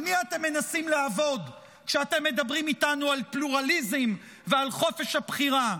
על מי אתם מנסים לעבוד כשאתם מדברים איתנו על פלורליזם ועל חופש הבחירה?